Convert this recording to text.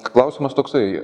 klausimas toksai